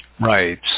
Right